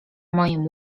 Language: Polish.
moim